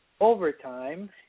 overtime